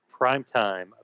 primetime